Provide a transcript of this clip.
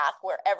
wherever